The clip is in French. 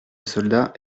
soldats